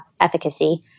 efficacy